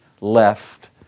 left